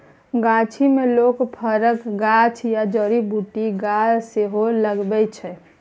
गाछी मे लोक फरक गाछ या जड़ी बुटीक गाछ सेहो लगबै छै